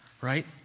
Right